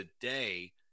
today